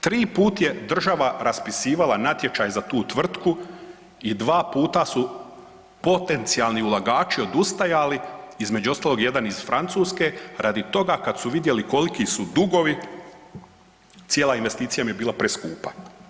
Tri puta je država raspisivala natječaj za tu tvrtku i dva puta su potencijalni ulagači odustajali između ostalog i jedan iz Francuske radi toga kad su vidjeli koliki su dugovi, cijela investicija im je bila preskupa.